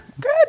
good